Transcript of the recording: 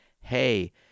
hey